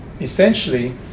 essentially